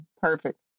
Perfect